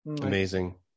Amazing